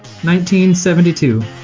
1972